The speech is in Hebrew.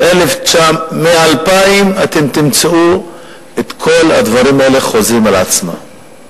מ-2000 אתם תמצאו את כל הדברים האלה חוזרים על עצמם.